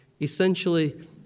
essentially